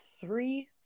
three